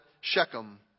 shechem